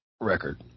record